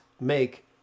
make